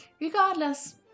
Regardless